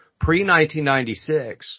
pre-1996